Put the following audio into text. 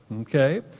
Okay